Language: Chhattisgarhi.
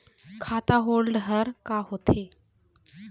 खाता होल्ड हर का होथे?